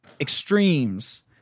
extremes